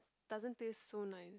doesn't taste so nice